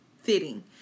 fitting